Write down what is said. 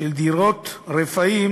של דירות רפאים,